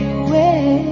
away